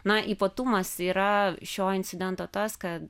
na ypatumas yra šio incidento tas kad